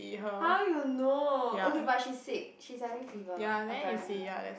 how you know okay but she's sick she's having fever apparently